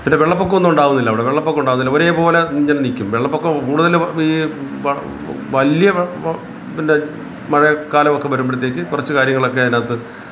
പിന്നെ വെള്ളപ്പൊക്കം ഒന്നും ഉണ്ടാവുന്നില്ല അവിടെ വെള്ളപ്പൊക്കം ഉണ്ടാവുന്നില്ല ഒരേപോലെ ഇങ്ങനെ നിൽക്കും വെള്ളപ്പൊക്കം കൂടുതലും വലിയ പിന്നെ മഴക്കാലം ഒക്കെ വരുമ്പോഴത്തേക്ക് കുറച്ച് കാര്യങ്ങളൊക്കെ അതിനകത്ത്